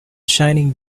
shining